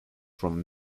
from